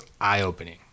eye-opening